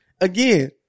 again